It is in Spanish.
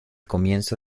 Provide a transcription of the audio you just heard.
comienzo